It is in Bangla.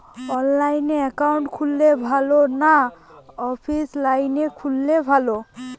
অনলাইনে একাউন্ট খুললে ভালো না অফলাইনে খুললে ভালো?